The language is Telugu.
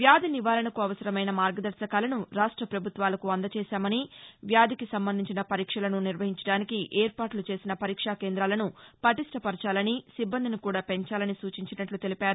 వ్యాధి నివారణకు అవసరమైన మార్గదర్భకాలను రాష్ట ప్రభుత్వాలకు అందచేశామని వ్యాధికి సంబంధించిన పరీక్షలను నిర్వహించడానికి ఏర్పాటు చేసిన పరీక్షా కేంద్రాలను పటిష్ణ పరచాలని సిబ్బందిని కూడా పెంచాలని సూచించినట్లు తెలిపారు